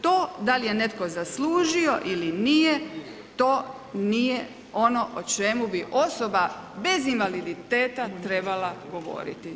To da li je netko zaslužio ili nije, to nije ono o čemu bi osoba bez invaliditeta trebala govoriti.